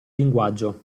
linguaggio